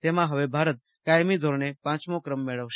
તેમાં હવે ભારત કાયમી ધોરણે પાંચમો ક્રમ મેળવશે